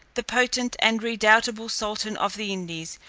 the potent and redoubtable sultan of the indies,